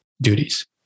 duties